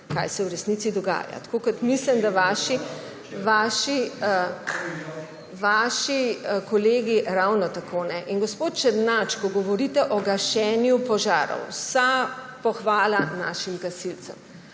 kaj se v resnici dogaja, vaši kolegi ravno tako ne. In gospod Černač, ko govorite o gašenju požarov, vsa pohvala našim gasilcem,